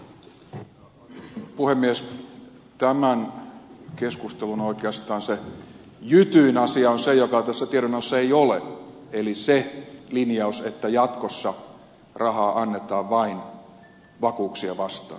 tämän keskustelun oikeastaan se jytyin asia on se mitä tässä tiedonannossa ei ole eli se linjaus että jatkossa rahaa annetaan vain vakuuksia vastaan